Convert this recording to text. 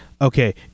okay